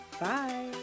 Bye